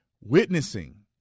witnessing